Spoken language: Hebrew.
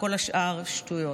וכל השאר שטויות.